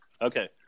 Okay